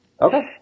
Okay